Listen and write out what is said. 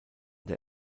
der